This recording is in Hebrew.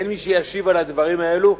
ואין מי שישיב על הדברים האלו,